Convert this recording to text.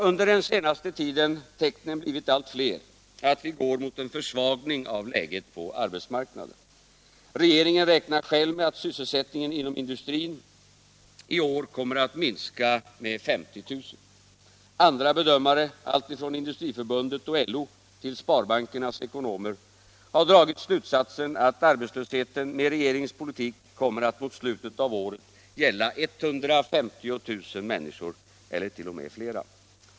Under den senaste tiden har tecknen blivit allt fler på att vi går mot en försvagning av läget på arbetsmarknaden. Regeringen räknar själv med att sysselsättningen inom industrin i år kommer att minska med 50 000. Andra bedömare — alltifrån Industriförbundet och LO till sparbankernas ekonomer — har dragit slutsatsen att arbetslösheten med regeringens politik kommer att mot slutet av året gälla 150 000 människor eller t.o.m. fler.